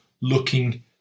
looking